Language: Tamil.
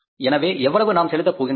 எனவே எவ்வளவு நாம் செலுத்த போகின்றோம்